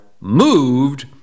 moved